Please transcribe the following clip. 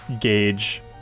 gauge